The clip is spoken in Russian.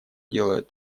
делают